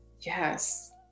yes